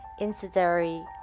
incendiary